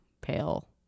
pale